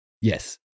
Yes